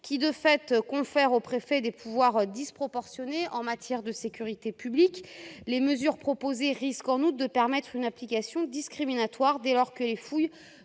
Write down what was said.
qui, de fait, confère aux préfets des pouvoirs disproportionnés en matière de sécurité publique, les mesures proposées risquons-nous de permettre une application discriminatoire dès lors que les fouilles